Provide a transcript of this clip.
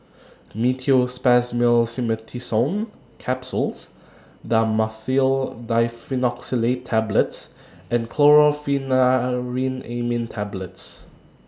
Meteospasmyl Simeticone Capsules Dhamotil Diphenoxylate Tablets and Chlorpheniramine Tablets